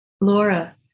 Laura